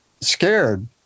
scared